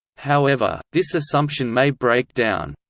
however, this assumption may break down.